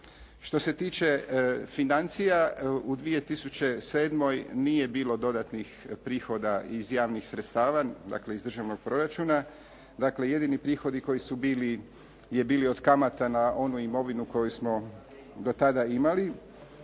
Što se tiče financija u 2007. nije bilo dodatnih prihoda iz javnih sredstava, dakle iz državnog proračuna. Dakle, jedini prihodi koji su bili je bili od kamata na onu imovinu koju smo do tada imali.